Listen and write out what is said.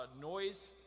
noise